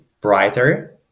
brighter